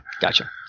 Gotcha